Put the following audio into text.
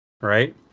right